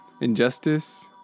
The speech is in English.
Injustice